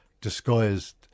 disguised